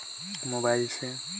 पईसा ल ऑनलाइन निवेश कइसे कर सकथव?